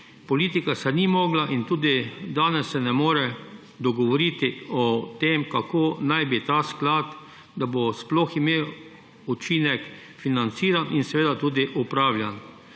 Politika se ni mogla in tudi danes se ne more dogovoriti o tem, kako naj bi se ta sklad, da bo sploh imel učinek, financiral in seveda tudi upravljal.